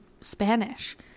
Spanish